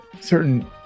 certain